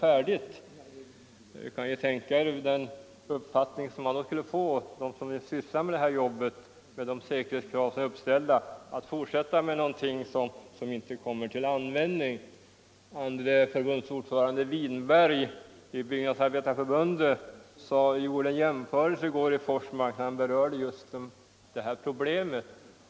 Ni kan ju tänka er vilken uppfattning de som sysslar med kraftverksbygget - med de uppställda säkerhetskraven — skulle få av at fortsätta med något som inte kommer till användning. Andre förbundsordföranden i Byggnadsarbetareförbundet Bertil W hinberg gjorde en jämförelse i går i Forsmark då han berörde det här problemet.